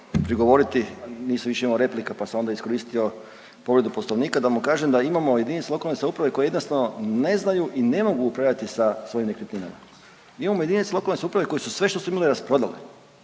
morao prigovoriti nisam više imao replika pa sam onda iskoristio povredu Poslovnika da mu kažem da imamo jedinice lokalne samouprave koje jednostavno ne znaju i ne mogu upravljati sa svojim nekretninama. Imamo jedinice lokalne samouprave koje su sve što su imale rasprodale